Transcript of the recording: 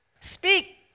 speak